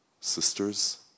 sisters